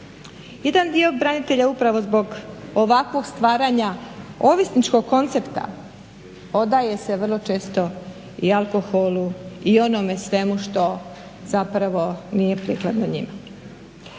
Jedan dio branitelja upravo zbog ovakvog stvaranja ovisničkog koncepta odaje se vrlo često i alkoholu i onome svemu što zapravo nije prikladno njima.